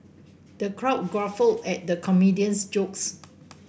the crowd guffawed at the comedian's jokes